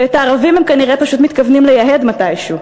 ואת הערבים הם כנראה פשוט מתכוונים לייהד מתישהו.